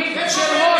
איפה בנט?